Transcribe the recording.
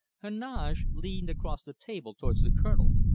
heneage leaned across the table towards the colonel.